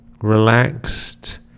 relaxed